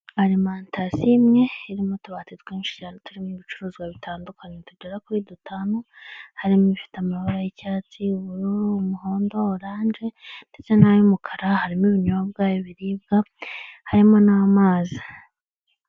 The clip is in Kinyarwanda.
Alimantasiyo imwe irimo utubati twinshi cyane turimo ibicuruzwa bitandukanye tugera kuri dutanu, harimo ibifite amabara y'icyatsi ubururu, umuhondo oranje, ndetse n'ay'umukara harimo ibinyobwa, ibiribwa harimo n'amazi.